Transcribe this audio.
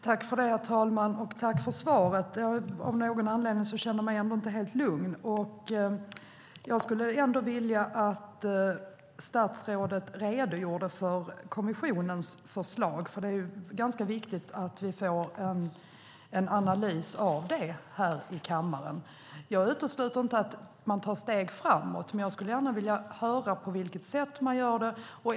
Herr talman! Jag tackar för svaret, men av någon anledning känner jag mig ändå inte helt lugn. Jag skulle därför vilja att statsrådet redogör för kommissionens förslag, för det är viktigt att vi får en analys av det i kammaren. Jag utesluter inte att man tar steg framåt, men jag vill gärna höra på vilket sätt man gör det.